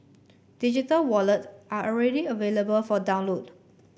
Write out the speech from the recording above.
digital wallet are already available for download